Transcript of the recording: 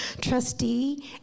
trustee